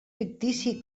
fictici